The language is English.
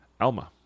Alma